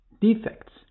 defects